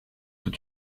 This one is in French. tout